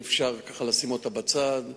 אי-אפשר ככה לשים אותה בצד.